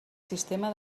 sistema